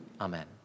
Amen